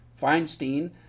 Feinstein